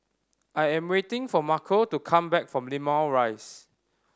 I am waiting for Marco to come back from Limau Rise